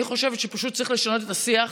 אני חושבת שפשוט צריך לשנות את השיח,